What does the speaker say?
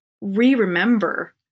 re-remember